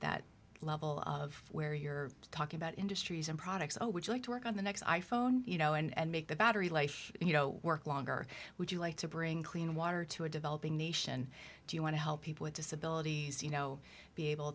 that level of where you're talking about industries and products i would like to work on the next i phone you know and make the battery life you know work longer would you like to bring clean water to a developing nation do you want to help people with disabilities you know be able